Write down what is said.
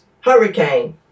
hurricane